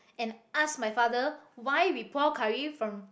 and asked my father why we pour curry from